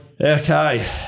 Okay